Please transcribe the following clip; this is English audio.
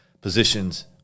positions